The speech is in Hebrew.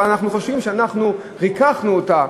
אבל אנחנו חושבים שריככנו אותה